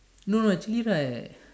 no no actually right